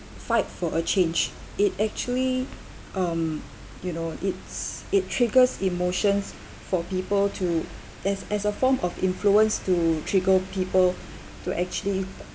fight for a change it actually um you know it's it triggers emotions for people to as as a form of influence to trigger people to actually